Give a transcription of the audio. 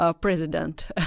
president